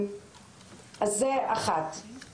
זו נקודה ראשונה.